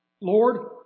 Lord